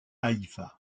haïfa